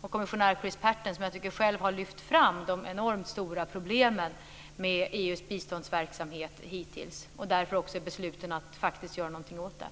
och kommissionär Chris Patten som jag tycker själv har lyft fram de enormt stora problemen med EU:s biståndsverksamhet hittills och visat sig vara fast besluten att faktiskt göra någonting åt det.